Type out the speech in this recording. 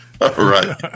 Right